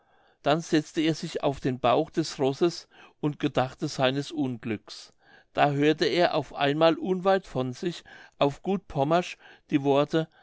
dann setzte er sich auf dem bauch des rosses und gedachte seines unglücks da hörte er auf einmal unweit von sich auf gut pommersch die worte